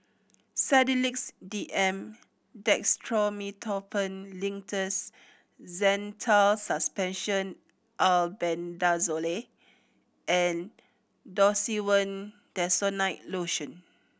Sedilix D M Dextromethorphan Linctus Zental Suspension Albendazole and Desowen Desonide Lotion